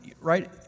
right